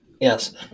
Yes